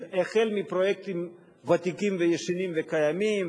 החל בפרויקטים ותיקים וישנים וקיימים,